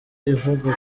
ivuga